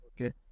Okay